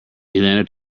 elena